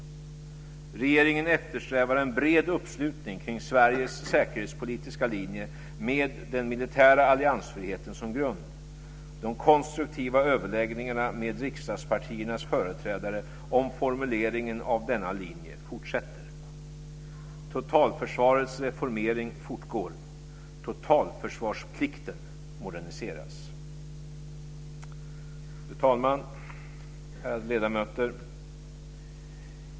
Regeringen eftersträvar en bred uppslutning kring Sveriges säkerhetspolitiska linje med den militära alliansfriheten som grund. De konstruktiva överläggningarna med riksdagspartiernas företrädare om formuleringen av denna linje fortsätter. Fru talman! Ärade ledamöter!